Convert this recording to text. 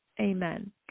Amen